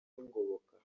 y’ingoboka